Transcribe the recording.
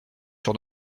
sur